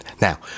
now